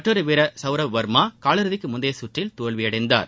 மற்றொரு வீரர் சவுரவ் வர்மா கால் இறுதிக்கு முந்தைய சுற்றில் தோல்வியடைந்தார்